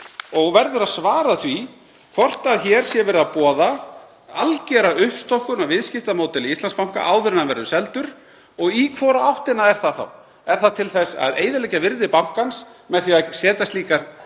Hún verður að svara því hvort hér sé verið að boða algera uppstokkun á viðskiptamódeli Íslandsbanka áður en hann verður seldur og í hvora áttina er það þá? Er það til að eyðileggja virði bankans með því að setja slík